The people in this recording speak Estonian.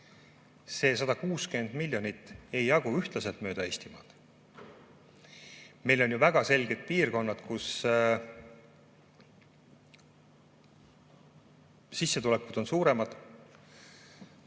see 160 miljonit ei jagune ühtlaselt mööda Eestimaad. Meil on ju väga selgelt piirkonnad, kus sissetulekud on suuremad,